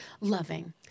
loving